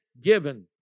given